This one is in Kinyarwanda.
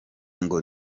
ngo